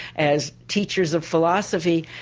as teachers of philosophy,